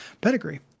pedigree